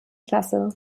klasse